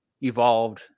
evolved